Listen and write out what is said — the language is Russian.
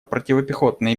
противопехотные